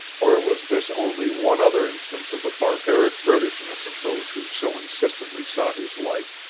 or was this only one other instance of the barbaric brutishness of those who so insistently sought his life?